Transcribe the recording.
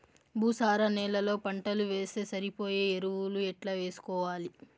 భూసార నేలలో పంటలు వేస్తే సరిపోయే ఎరువులు ఎట్లా వేసుకోవాలి?